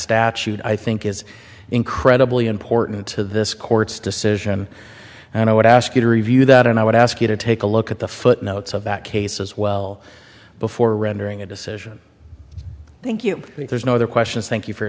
statute i think is incredibly important to this court's decision and i would ask you to review that and i would ask you to take a look at the footnotes of that case as well before rendering a decision thank you there's no other questions thank you for